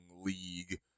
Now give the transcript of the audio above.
league